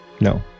No